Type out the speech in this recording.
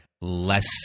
less